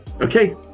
Okay